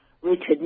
Richard